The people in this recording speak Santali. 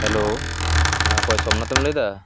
ᱦᱮᱞᱳ ᱦᱮᱸ ᱚᱠᱚᱭ ᱥᱳᱢᱱᱟᱛᱷᱮᱢ ᱞᱟᱹᱭᱮᱫᱟ